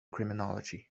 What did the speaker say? criminology